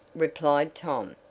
replied tom.